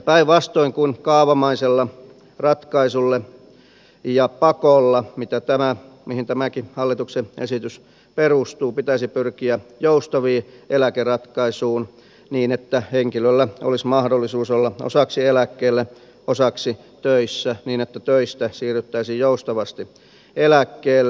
päinvastoin kuin kaavamaisella ratkaisulla ja pakolla mihin tämäkin hallituksen esitys perustuu pitäisi pyrkiä joustaviin eläkeratkaisuihin niin että henkilöllä olisi mahdollisuus olla osaksi eläkkeellä osaksi töissä niin että töistä siirryttäisiin joustavasti eläkkeelle